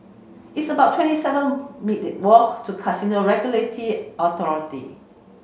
it's about twenty seven minute walk to Casino Regulatory Authority